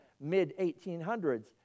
mid-1800s